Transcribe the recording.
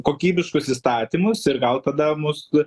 kokybiškus įstatymus ir gal tada mus